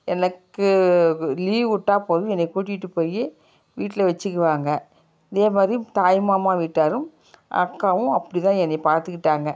எனக்கு லீவு விட்டா போதும் என்னை கூட்டிகிட்டு போய் வீட்டில் வெச்சுக்குவாங்க இதே மாதிரி தாய் மாமா வீட்டாரும் அக்காவும் அப்படி தான் என்னை பார்த்துக்கிட்டாங்க